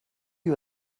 you